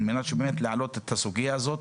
על מנת שנוכל באמת להעלות את הסוגייה הזאת,